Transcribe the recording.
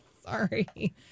Sorry